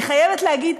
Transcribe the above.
אני חייבת להגיד: